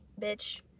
bitch